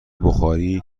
بخاری